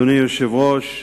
אדוני היושב-ראש,